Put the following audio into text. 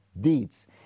deeds